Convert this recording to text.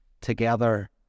together